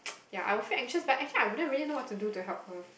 ya I feel anxious but I wouldn't really know what to do to help her